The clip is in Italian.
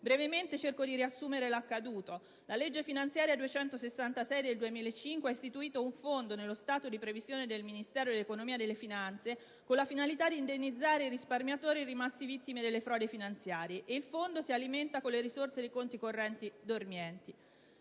brevemente di riassumere l'accaduto. La legge finanziaria n. 266 del 2005 ha istituito un fondo nello stato di previsione del Ministero dell'economia e delle finanze con la finalità di indennizzare i risparmiatori rimasti vittime delle frodi finanziarie: tale fondo si alimenta con le risorse dei conti correnti dormienti.